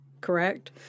Correct